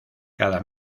cada